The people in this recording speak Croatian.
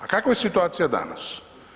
A kakva je situacija danas?